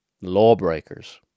Lawbreakers